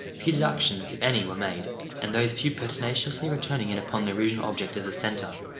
few deductions, if any, were made and those few pertinaciously returning in upon the original object as a centre.